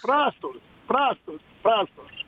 prastos prastos prastos